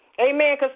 Amen